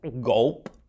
Gulp